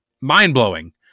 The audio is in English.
mind-blowing